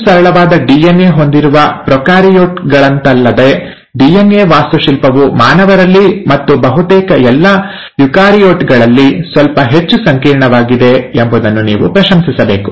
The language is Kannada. ಹೆಚ್ಚು ಸರಳವಾದ ಡಿಎನ್ಎ ಹೊಂದಿರುವ ಪ್ರೊಕಾರಿಯೋಟ್ ಗಳಂತಲ್ಲದೆ ಡಿಎನ್ಎ ವಾಸ್ತುಶಿಲ್ಪವು ಮಾನವರಲ್ಲಿ ಮತ್ತು ಬಹುತೇಕ ಎಲ್ಲಾ ಯುಕಾರಿಯೋಟ್ಗಳಲ್ಲಿ ಸ್ವಲ್ಪ ಹೆಚ್ಚು ಸಂಕೀರ್ಣವಾಗಿದೆ ಎಂಬುದನ್ನು ನೀವು ಪ್ರಶಂಸಿಸಬೇಕು